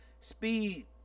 speed